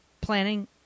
planning